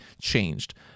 changed